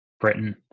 Britain